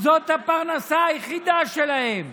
זאת הפרנסה היחידה שלהם.